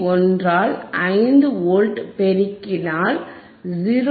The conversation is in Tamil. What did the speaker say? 1 ஆல் 5 வோல்ட் பெருக்கினால் 0